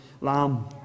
lamb